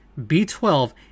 B12